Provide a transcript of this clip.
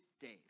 days